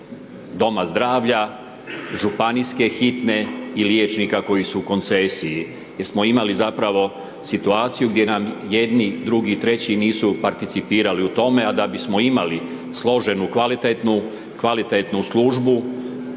Doma zdravlja, županijske hitne i liječnika koji su u koncesiji jer smo imali zapravo situaciju gdje nam jedni, drugi, treći nisu participirali u tom zapravo situaciju gdje nam jedni, drugi,